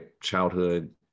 childhood